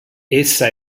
essa